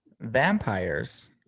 vampires